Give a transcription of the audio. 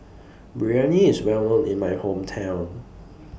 Biryani IS Well known in My Hometown